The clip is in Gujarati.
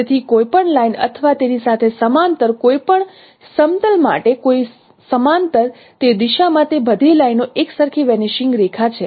તેથી કોઈપણ લાઇન અથવા તેની સાથે સમાંતર કોઈપણ સમતલ માટે કોઈ સમાંતર તે દિશામાં તે બધી લાઇનો એકસરખી વેનીશિંગ રેખા છે